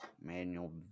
Manual